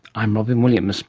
i'm robyn williams